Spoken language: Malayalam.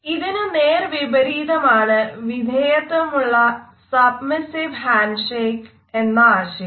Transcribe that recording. ഇതിനു നേർ വിപരീതമാണ് വിധേയത്വമുള്ള ഹസ്തദാനം എന്ന ആശയം